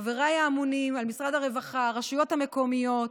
חברי האמונים על משרד הרווחה, הרשויות המקומיות,